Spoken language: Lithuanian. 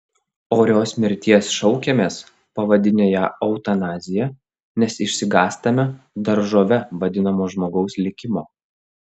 orios mirties šaukiamės pavadinę ją eutanazija nes išsigąstame daržove vadinamo žmogaus likimo